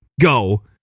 go